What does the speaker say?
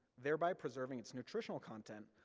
thereby preserving its nutritional content,